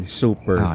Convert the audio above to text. super